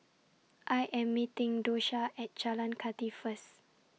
I Am meeting Dosha At Jalan Kathi First